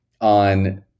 on